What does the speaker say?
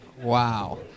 Wow